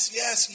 yes